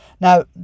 Now